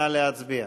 נא להצביע.